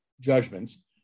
judgments